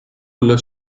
alla